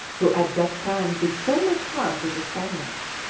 who at that time did so much harm to the spaniards.